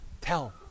tell